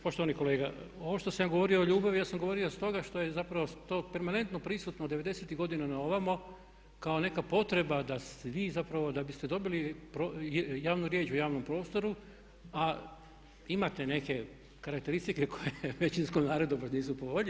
Poštovani kolega, ovo što sam ja govorio o ljubavi ja sam govorio stoga što je zapravo to permanentno prisutno od 90.tih godina na ovamo kao neka potreba da svi zapravo, da biste dobili javnu riječ u javnom prostoru a imate neke karakteristike koje većinskom narodu opet nisu po volji.